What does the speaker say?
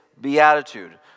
Beatitude